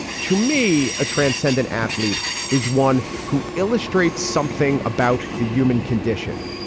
to me, a transcendent athlete is one who illustrates something about the human condition,